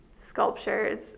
sculptures